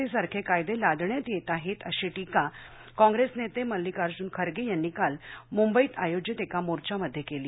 C सारखे कायदे लादण्यात येत आहेत अशी टिका काँग्रेस नेते मल्लीकार्जुन खर्गे यांनी काल मुंबईमध्ये आयोजित एका मोर्चामध्ये केली